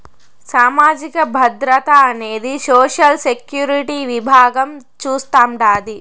సామాజిక భద్రత అనేది సోషల్ సెక్యూరిటీ విభాగం చూస్తాండాది